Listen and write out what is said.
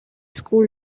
school